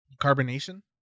carbonation